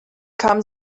kamen